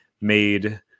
made